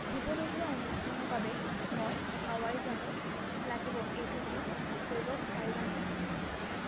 আহিবলগীয়া অনুষ্ঠানৰ বাবে মই হাৱাই যাব লাগিব এইটো যোগ কৰিব পাৰিবা নেকি